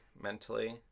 mentally